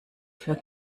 für